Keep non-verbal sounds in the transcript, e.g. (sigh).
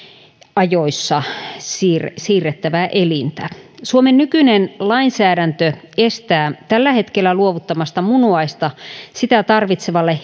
ajoissa saa siirrettävää elintä suomen nykyinen lainsäädäntö estää tällä hetkellä luovuttamasta munuaista sellaiselle sitä tarvitsevalle (unintelligible)